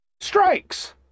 Strikes